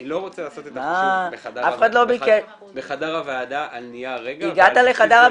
אני לא רוצה לעשות את החישוב בחדר הוועדה על נייר רגע ועל בסיס